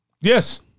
Yes